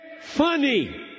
funny